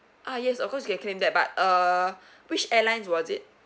ah yes of course you can claim that but uh which airlines was it